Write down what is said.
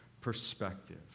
Perspective